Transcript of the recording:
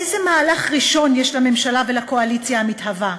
איזה מהלך ראשון יש לממשלה ולקואליציה המתהווה?